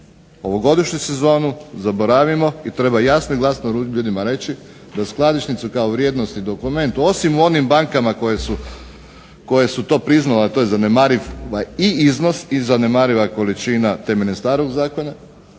ovogodišnju sezonu, zaboravimo i treba jasno i glasno ljudima reći da skladišnicu kao dokument osim u onim bankama koje su to priznale a to je zanemariv i iznos i zanemariva količina temeljem starog Zakona